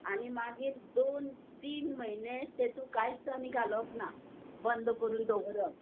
आनी मागीर दोन तीन म्हयने तेतून कांयच आनी घालप ना बंद करून दवरप